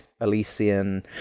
Elysian